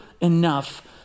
enough